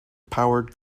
powered